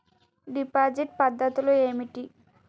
Deposit పద్ధతులు ఏమిటి?